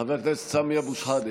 חבר הכנסת סמי אבו שחאדה,